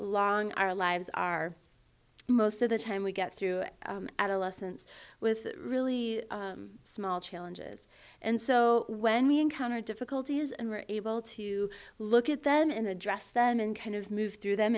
long our lives are most of the time we get through adolescence with really small challenges and so when we encounter difficulty is and we're able to look at them and address them and kind of move through them